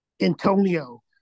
Antonio